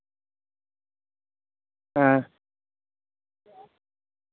ᱦᱮᱸ